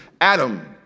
Adam